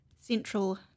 central